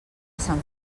sant